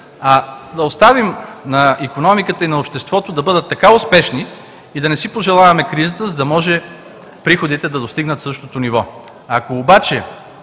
а да оставим на икономиката и на обществото да бъдат така успешни и да не си пожелаваме кризата, за да може приходите да достигнат същото ниво. Ако обаче